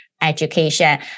education